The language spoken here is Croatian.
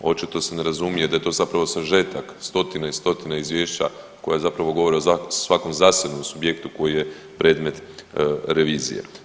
Očito se ne razumije da to zapravo sažetak stotine i stotine izvješća koja zapravo govore o svakom zasebnom subjektu koji je predmet revizije.